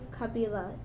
Kabila